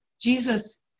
Jesus